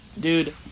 Dude